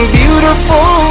beautiful